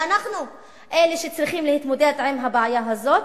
ואנחנו אלה שצריכים להתמודד עם הבעיה הזו.